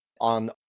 on